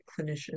clinicians